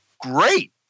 great